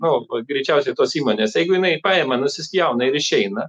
nu greičiausiai tos įmonės jeigu jinai paima nusispjauna ir išeina